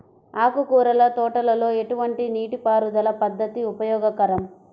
ఆకుకూరల తోటలలో ఎటువంటి నీటిపారుదల పద్దతి ఉపయోగకరం?